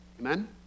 Amen